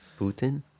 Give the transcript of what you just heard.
Putin